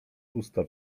usta